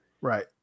Right